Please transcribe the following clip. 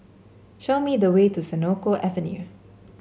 show me the way to Senoko Avenue